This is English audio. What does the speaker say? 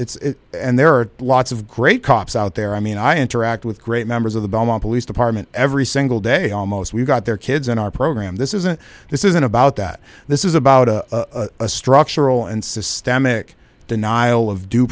it's and there are lots of great cops out there i mean i interact with great members of the belmont police department every single day almost we've got their kids in our program this isn't this isn't about that this is about a a structural and systemic denial of due